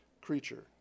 creature